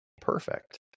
perfect